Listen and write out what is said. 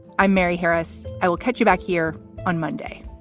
i'm mary harris. i will catch you back here on monday